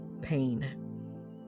pain